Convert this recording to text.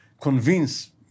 convince